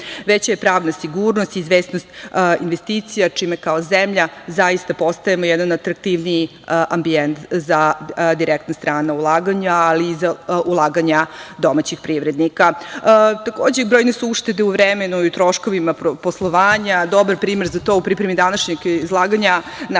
veća je pravna sigurnost, izvesnost investicija čime kao zemlja zaista postajemo jedan atraktivniji ambijent za direktna strana ulaganja, ali i za ulaganja domaćim privrednika. Takođe, brojne su uštede u vremenu, troškovima poslovanja. Dobar primer za to, u pripremi današnjeg izlaganja